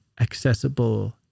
accessible